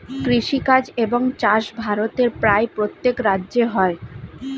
কৃষিকাজ এবং চাষ ভারতের প্রায় প্রত্যেক রাজ্যে হয়